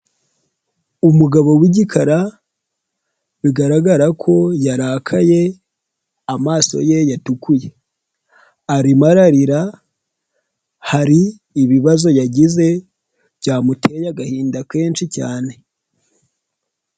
Umugabo w'igikara bigaragara ko yarakaye amaso ye yatukuye arimo ararira hari ibibazo yagize byamuteye agahinda kenshi cyane.